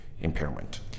impairment